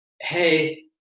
hey